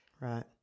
Right